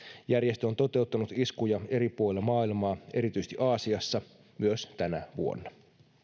järjestö on toteuttanut iskuja eri puolilla maailmaa erityisesti aasiassa myös tänä vuonna